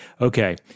okay